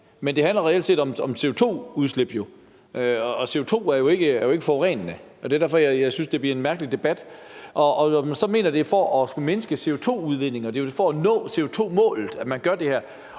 men det handler reelt set om CO2-udslip, og CO2 er jo ikke forurenende. Det er derfor, jeg synes, det bliver en mærkelig debat. Man kan mene, at det er for at mindske CO2-udledningerne, men det er vel for at nå CO2-målet, at man gør det her,